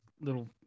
little